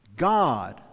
God